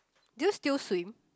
do you still swim